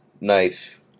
knife